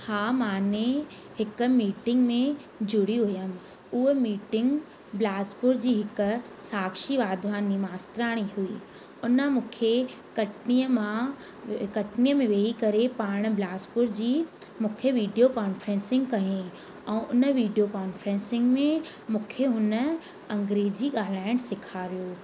हा माने हिक मीटिंग में जुड़ी हुयमि उहा मीटिंग बिलासपुर जी हिकु साक्षी वाधवानी मास्तरियाणी हुई उन मूंखे कटनीअ मां कटनीअ में वेही करे पाण बिलासपुर जी मूंखे वीडियो कॉन्फ्रेंसिंग कयाईं ऐं उन वीडियो कॉन्फ्रेंसिंग में मूंखे हुन अंग्रेजी ॻाल्हाइणु सेखारियो